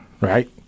right